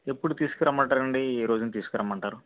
ఎప్పుడు తీసుకు రమ్మంటారండి ఏ రోజు తీసుకు రమ్మంటారు